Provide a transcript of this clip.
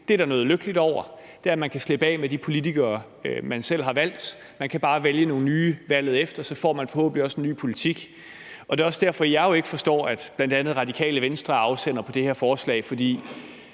vil. Der er noget lykkeligt over, at man kan slippe af med de politikere, man selv har valgt, man kan bare vælge nogle nye valget efter, og så får man forhåbentlig også en ny politik. Det er også derfor, jeg jo ikke forstår, at bl.a. Radikale Venstre er afsender på det her forslag, for